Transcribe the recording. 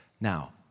Now